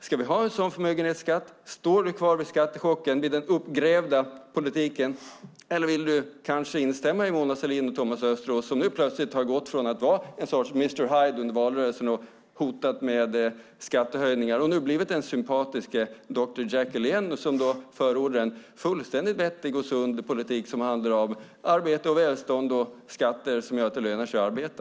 Ska vi ha en sådan förmögenhetsskatt? Står Peter Persson kvar vid skattechocken och den uppgrävda politiken, eller vill han kanske instämma med Mona Sahlin och Thomas Östros som plötsligt har gått från att vara en sorts mr Hyde under valrörelsen och hotat med skattehöjningar till att bli den sympatiske dr Jekyll som förordar en fullständigt vettig och sund politik som handlar om arbete och välstånd och skatter som gör att det lönar sig att arbeta?